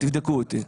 תבדקו אותי.